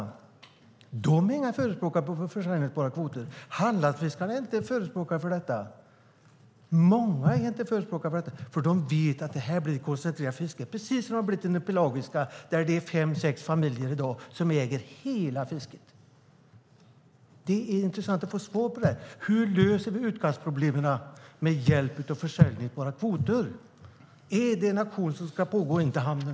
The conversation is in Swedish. De är inga förespråkare för säljbara kvoter. Hallandsfiskarna är inga förespråkare för detta. Många är inte förespråkare för detta, för de vet att det blir ett koncentrerat fiske, precis som det har blivit i det pelagiska fisket där det i dag är fem sex familjer som äger hela fisket. Det är intressant att få svar på den frågan: Hur löser vi utkastproblemen med hjälp av säljbara kvoter? Är det en auktion som ska pågå in till hamnen?